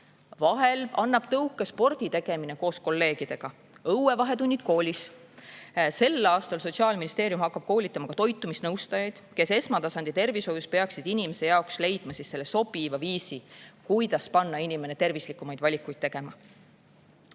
Vahel annab tõuke sporditegemine koos kolleegidega. Õuevahetunnid koolis. Sel aastal Sotsiaalministeerium hakkab koolitama toitumisnõustajaid, kes esmatasandi tervishoius peaksid inimese jaoks leidma sobiva viisi, kuidas panna inimene tervislikumaid valikuid tegema.